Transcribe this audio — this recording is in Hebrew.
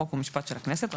חוק ומשפט של הכנסת,